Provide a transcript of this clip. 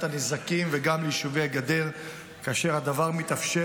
הנזקים וגם ליישובי הגדר כאשר הדבר מתאפשר,